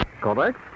correct